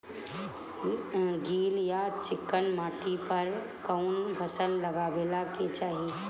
गील या चिकन माटी पर कउन फसल लगावे के चाही?